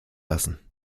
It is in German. lassen